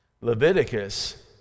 Leviticus